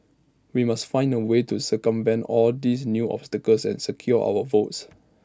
we must find A way to circumvent all these new obstacles and secure our votes